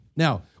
Now